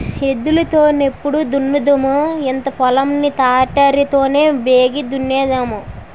ఎద్దులు తో నెప్పుడు దున్నుదుము ఇంత పొలం ని తాటరి తోనే బేగి దున్నేన్నాము